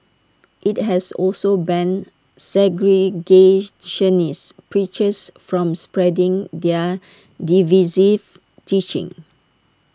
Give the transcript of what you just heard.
IT has also banned segregationist preachers from spreading their divisive teachings